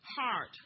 heart